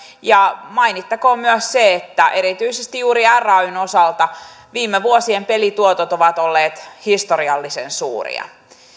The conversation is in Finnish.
ja mainittakoon myös se että erityisesti juuri rayn osalta viime vuosien pelituotot ovat olleet historiallisen suuria